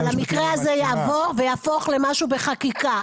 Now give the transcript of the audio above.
אבל המקרה הזה יעבור ויהפוך למשהו בחקיקה.